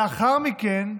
לאחר מכן,